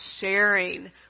sharing